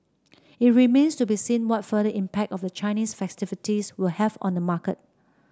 it remains to be seen what further impact of the Chinese festivities will have on the market